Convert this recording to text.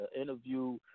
interview